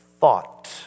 thought